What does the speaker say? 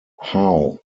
how